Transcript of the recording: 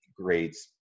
grades